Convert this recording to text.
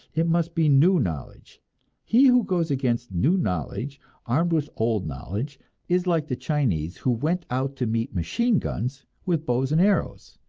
it must be new knowledge he who goes against new knowledge armed with old knowledge is like the chinese who went out to meet machine-guns with bows and arrows,